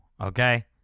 okay